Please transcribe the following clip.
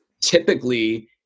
typically